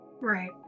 Right